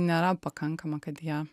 nėra pakankama kad jie